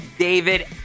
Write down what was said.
David